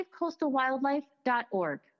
savecoastalwildlife.org